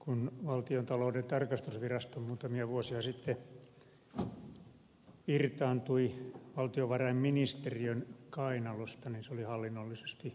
kun valtiontalouden tarkastusvirasto muutamia vuosia sitten irtaantui valtiovarainministeriön kainalosta se oli hallinnollisesti hyvä siirto